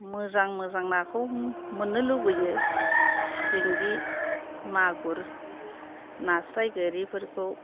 मोजां मोजां नाखौ मोननो लुबैयो सिंगि मागुर नास्राय गोरिफोरखौ